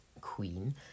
queen